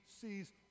sees